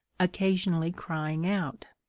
occasionally crying out.